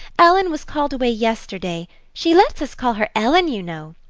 ellen was called away yesterday she lets us call her ellen, you know.